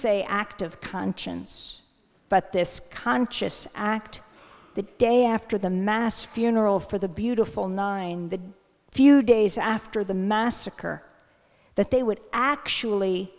say act of conscience but this conscious act the day after the mass funeral for the beautiful nine the few days after the massacre that they would actually